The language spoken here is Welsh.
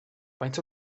faint